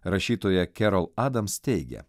rašytoja kerol adams teigia